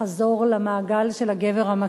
כדי שהן לא תצטרכנה לחזור למעגל של הגבר המכה,